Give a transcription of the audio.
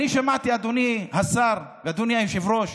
אדוני השר, אדוני היושב-ראש,